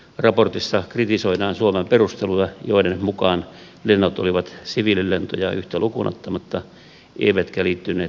raportissa kritisoidaan suomen perusteluja joiden mukaan lennot olivat siviililentoja yhtä lukuun ottamatta eivätkä liittyneet laittomaan toimintaan